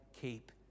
keep